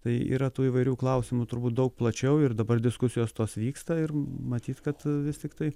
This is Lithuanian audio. tai yra tų įvairių klausimų turbūt daug plačiau ir dabar diskusijos tos vyksta ir matyt kad vis tiktai